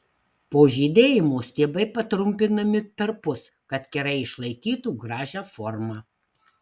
po žydėjimo stiebai patrumpinami perpus kad kerai išlaikytų gražią formą